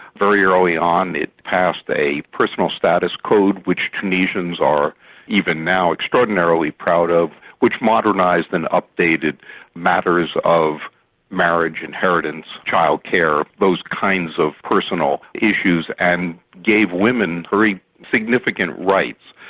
very early on, it passed a personal status code which tunisians are even now extraordinarily proud of, which modernised and updated matters of marriage, inheritance, child care, those kinds of personal issues, and gave women very significant rights,